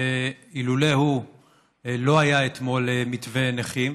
ואילולא הוא לא היה אתמול מתווה הנכים.